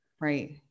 Right